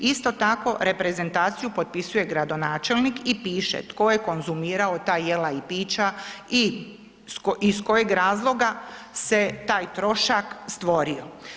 Isto tako, reprezentaciju potpisuje gradonačelnik i piše tko je konzumirao ta jela i pića i iz kojeg razloga se taj trošak stvorio.